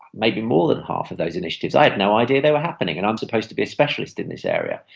maybe more than half of those initiatives, i had no idea they were happening and i'm supposed to be a specialist in this area.